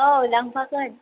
औ लांफागोन